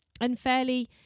unfairly